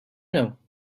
know